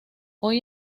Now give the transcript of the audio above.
hoy